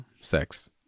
sex